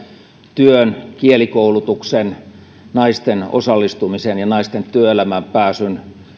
työn kielikoulutuksen naisten osallistumisen ja naisten työelämään pääsyn